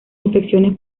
infecciones